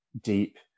deep